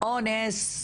"אונס!",